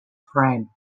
frame